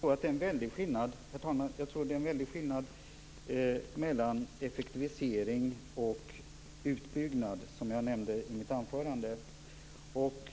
Herr talman! Jag tror att det är en väldig skillnad mellan effektivisering och utbyggnad, som jag nämnde i mitt anförande.